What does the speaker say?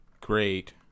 great